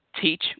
teach